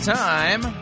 time